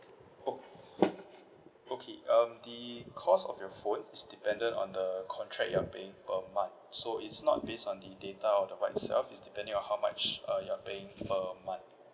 ok~ okay um the cost of your phone is depended on the contract you're paying per month so it's not based on the data or the itself it's depending on how much uh you're paying per month